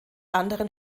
anderen